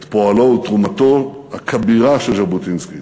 את פועלו ותרומתו הכבירה של ז'בוטינסקי